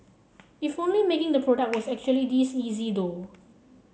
if only making the product was actually this easy though